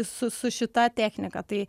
su su šita technika tai